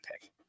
pick